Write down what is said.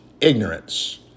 Ignorance